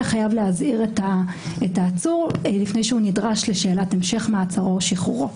חייב להזהיר את העצור לפני שהוא נדרש לשאלת המשך מעצרו או שחרורו.